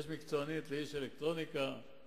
יש מקצוענות לאיש אלקטרוניקה,